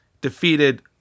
defeated